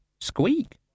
Squeak